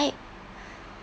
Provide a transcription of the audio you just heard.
right